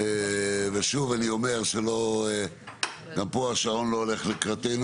ושוב אני אומר שגם פה השעון לא הולך לקראתנו